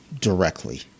directly